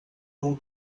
all